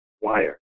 wire